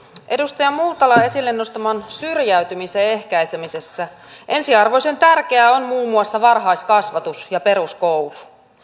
edustaja multalan esille nostaman syrjäytymisen ehkäisemisessä ensiarvoisen tärkeää on muun muassa varhaiskasvatus ja peruskoulu